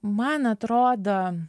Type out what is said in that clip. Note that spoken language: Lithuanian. man atrodo